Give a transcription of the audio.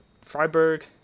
Freiburg